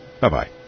Bye-bye